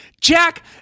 Jack